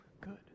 good